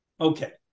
okay